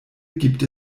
gibt